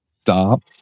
stop